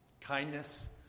kindness